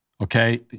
okay